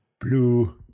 Blue